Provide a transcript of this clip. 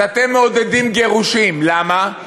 אז אתם מעודדים גירושים, למה?